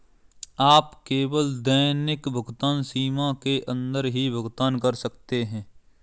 आप केवल दैनिक भुगतान सीमा के अंदर ही भुगतान कर सकते है